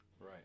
Right